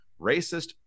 racist